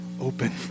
open